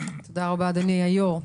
תודה רבה אדוני היו"ר.